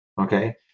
Okay